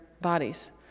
bodies